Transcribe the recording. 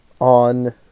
on